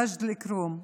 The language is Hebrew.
מג'ד אל-כרום,